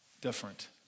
different